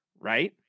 right